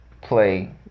play